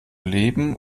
leben